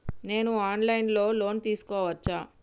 నేను online లో loan తీసుకోవచ్చా?